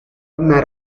una